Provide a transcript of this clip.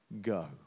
go